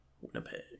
Winnipeg